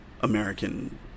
American